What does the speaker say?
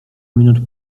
minut